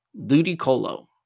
Ludicolo